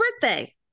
birthday